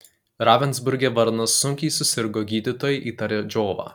ravensburge varnas sunkiai susirgo gydytojai įtarė džiovą